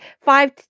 five